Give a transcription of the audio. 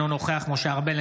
אינו נוכח משה ארבל,